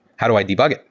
how do i debug it?